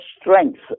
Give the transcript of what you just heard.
strength